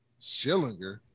Schillinger